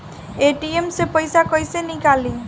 ATM से पइसा कइसे निकली?